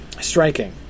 striking